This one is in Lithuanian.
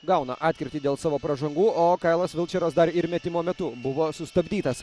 gauna atkirtį dėl savo pražangų o trisdešimt vilčeras dar ir metimo metu buvo sustabdytas